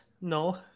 No